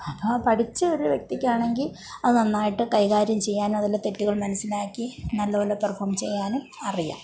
അപ്പോൾ പഠിച്ച ഒരു വ്യക്തിക്കാണെങ്കിൽ അതു നന്നായിട്ട് കൈകാര്യം ചെയ്യാനും അതിലെ തെറ്റുകൾ മനസ്സിലാക്കി നല്ല പോലെ പെർഫോം ചെയ്യാനും അറിയാം